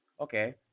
Okay